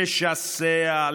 לשסע,